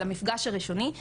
למפגש הראשוני,